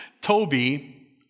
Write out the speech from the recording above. Toby